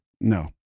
No